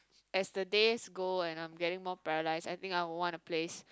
as the days go and I'm getting more paralyse I think I would want a place